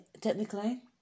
technically